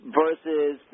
versus